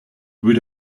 would